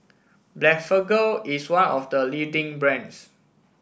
Blephagel is one of the leading brands